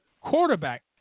quarterback